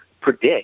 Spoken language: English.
predict